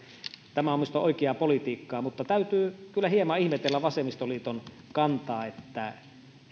tämä on minusta oikeaa politiikkaa mutta täytyy kyllä hieman ihmetellä vasemmistoliiton kantaa